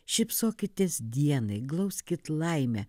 šypsokitės dienai glauskit laimę